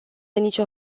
nicio